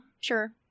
sure